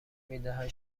میدهد